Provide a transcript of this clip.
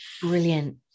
Brilliant